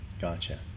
Gotcha